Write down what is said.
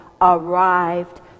arrived